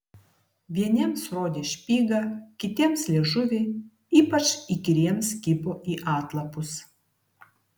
vieniems rodė špygą kitiems liežuvį ypač įkyriems kibo į atlapus